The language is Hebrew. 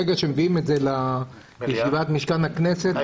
ברגע שמביאים את זה לישיבת משכן הכנסת -- היום.